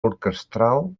orquestral